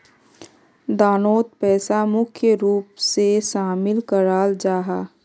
दानोत पैसा मुख्य रूप से शामिल कराल जाहा